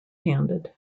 handed